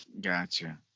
Gotcha